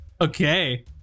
Okay